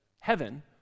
heaven